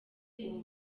ubu